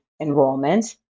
enrollment